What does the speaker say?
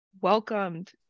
welcomed